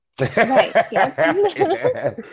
Right